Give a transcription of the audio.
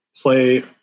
play